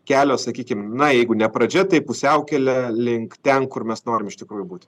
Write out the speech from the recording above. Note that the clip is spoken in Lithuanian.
kelio sakykim na jeigu ne pradžia tai pusiaukelė link ten kur mes norim iš tikrųjų būt